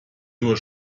nur